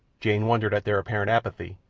jane wondered at their apparent apathy,